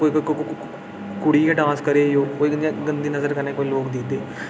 हून कोई कुड़ी गै डांस करै दी होए कोई इ'यां गंदी नजर कन्नै कोई लोक दिखदे